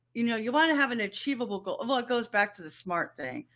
you know, you want to have an achievable goal. well, it goes back to the smart thing,